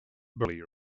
burley